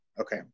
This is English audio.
Okay